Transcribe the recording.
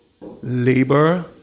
labor